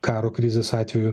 karo krizės atveju